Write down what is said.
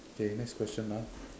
okay next question ah